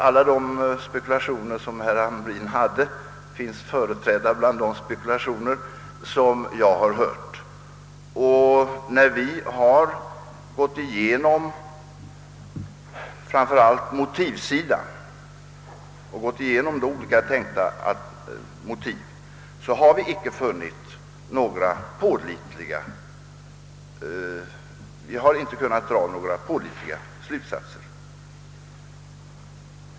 Alla de antaganden herr Hamrin i Kalmar gjorde finns med bland de spekulationer jag hört tidigare, men när vi har diskuterat de olika tänkta motiven har vi inte kunnat draga några pålitliga slutsatser.